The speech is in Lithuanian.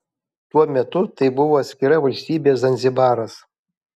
tuo metu tai buvo atskira valstybė zanzibaras